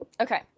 Okay